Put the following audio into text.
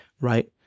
right